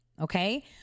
Okay